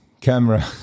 camera